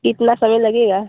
कितना समय लगेगा